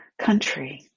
country